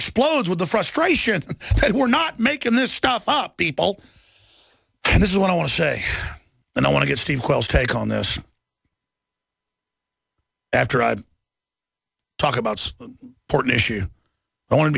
explodes with the frustration that we're not making this stuff up people and this is what i want to say and i want to get steve take on this after i talk about porton issue i want to